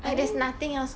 I think